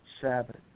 Sabbath